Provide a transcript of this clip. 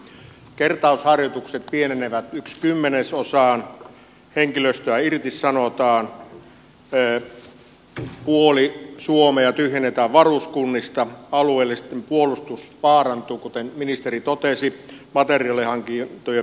kertausharjoitukset pienevät kymmenesosaan henkilöstöä irtisanotaan puoli suomea tyhjennetään varuskunnista alueellinen puolustus vaarantuu kuten ministeri totesi materiaalihankintojen viivästymisen vuoksi